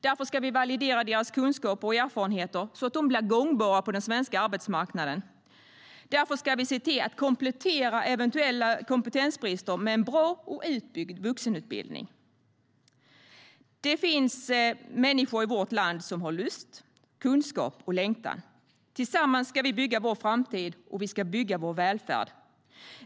Därför ska vi validera deras kunskaper och erfarenheter, så att de blir gångbara på den svenska arbetsmarknaden. Därför ska vi se till att komplettera eventuella kompetensbrister med en bra och utbyggd vuxenutbildning. Det finns människor i vårt land som har lust, kunskap och längtan. Tillsammans ska vi bygga vår framtid och vår välfärd.